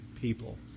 people